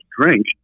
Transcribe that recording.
drink